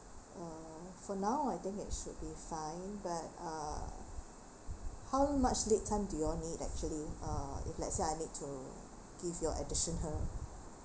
uh for now I think it should be fine but uh how much lead time that you all need actually uh if let's say I need to give you additional